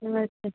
नमस्ते